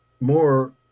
more